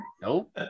Nope